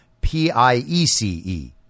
P-I-E-C-E